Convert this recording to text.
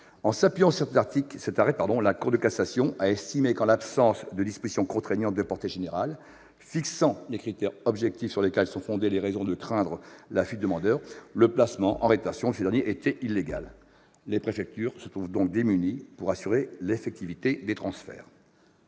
En s'appuyant sur cet arrêt, la Cour de cassation a estimé que, « en l'absence de disposition contraignante de portée générale fixant les critères objectifs sur lesquels sont fondées les raisons de craindre la fuite du demandeur », le placement en rétention était illégal. Les préfectures se trouvent donc démunies pour assurer l'effectivité des transferts.